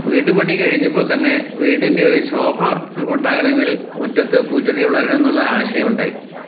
വീട് പണി കഴിഞ്ഞപ്പം തന്നെ വീടിൻ്റെ ഒരു ശോഭ ഉണ്ടാകണമെങ്കിൽ മുറ്റത്ത് പൂച്ചെടി വളരണമെന്നുള്ള ആശയുണ്ടായി